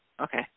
okay